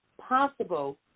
possible